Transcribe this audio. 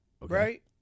right